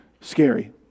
scary